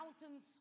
mountains